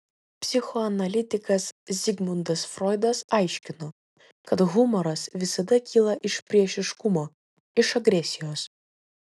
psichoanalitikas zigmundas froidas aiškino kad humoras visada kyla iš priešiškumo iš agresijos